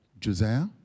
Josiah